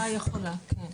המשטרה יכולה, כן.